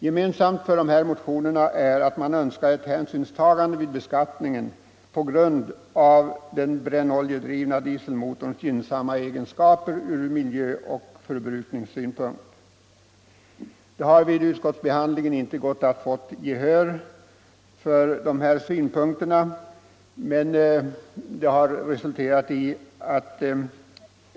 Gemensamt för dessa motioner är att motionärerna önskar ett hänsynstagande vid beskattningen till den brännoljedrivna dieselmotorns gynnsamma egenskaper ur miljöoch bränsleförbrukningssynpunkt. Det har vid utskottsbehandlingen inte varit möjligt att få gehör för dessa synpunkter.